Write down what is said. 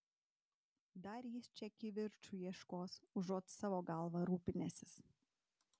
dar jis čia kivirču ieškos užuot savo galva rūpinęsis